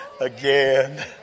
again